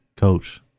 coach